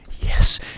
Yes